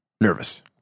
nervous